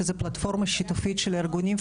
זאת פלטפורמה שיתופית של ארגונים,